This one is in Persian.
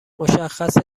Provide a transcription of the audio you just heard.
مشخصه